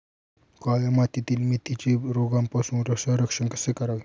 काळ्या मातीतील मेथीचे रोगापासून संरक्षण कसे करावे?